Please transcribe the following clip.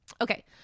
Okay